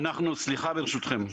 סליחה, ברשותכם.